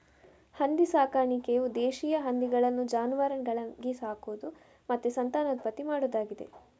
ಹಂದಿ ಸಾಕಾಣಿಕೆಯು ದೇಶೀಯ ಹಂದಿಗಳನ್ನ ಜಾನುವಾರುಗಳಾಗಿ ಸಾಕುದು ಮತ್ತೆ ಸಂತಾನೋತ್ಪತ್ತಿ ಮಾಡುದಾಗಿದೆ